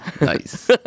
nice